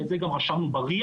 ואת זה גם רשמנו בRIA-,